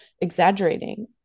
exaggerating